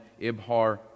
Ibhar